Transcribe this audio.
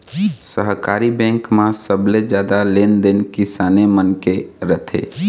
सहकारी बेंक म सबले जादा लेन देन किसाने मन के रथे